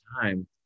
time